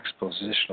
expositional